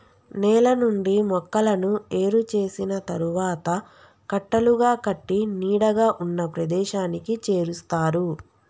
నేల నుండి మొక్కలను ఏరు చేసిన తరువాత కట్టలుగా కట్టి నీడగా ఉన్న ప్రదేశానికి చేరుస్తారు